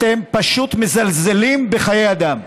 אתם פשוט מזלזלים בחיי אדם.